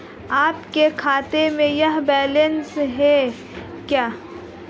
आपके खाते में यह बैलेंस है क्या?